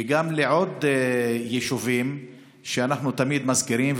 וגם לעוד יישובים שאנחנו תמיד מזכירים.